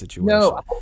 no